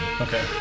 Okay